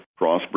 Crossbreed